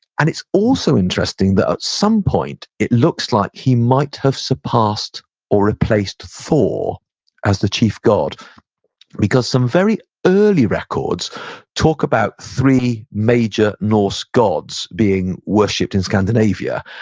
and it's also interesting that at some point, it looks like he might have surpassed or replaced thor as the chief god because some very early records talk about three major norse gods being worshiped in scandinavia.